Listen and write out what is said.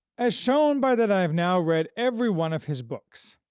as shown by that i have now read every one of his books.